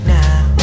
now